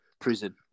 Prison